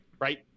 Right